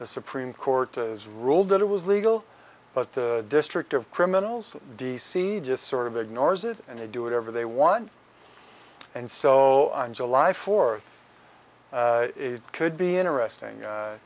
the supreme court has ruled that it was legal but the district of criminals d c just sort of ignores it and they do whatever they want and so on july fourth could be interesting